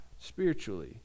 spiritually